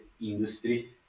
industry